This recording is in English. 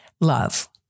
love